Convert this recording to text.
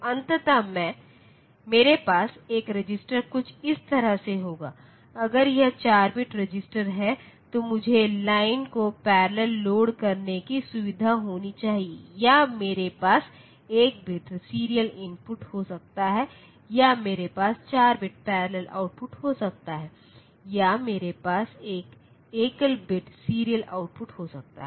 तो अंततः मेरे पास एक रजिस्टर कुछ इस तरह से होगा अगर यह 4 बिट रजिस्टर है तो मुझे लाइन को पैरेलल लोड करने की सुविधा होनी चाहिए या मेरे पास 1 बिट सीरियल इनपुट हो सकता है या मेरे पास 4 बिट पैरेलल आउटपुट हो सकता है या मेरे पास एक एकल बिट सीरियल आउटपुट हो सकता है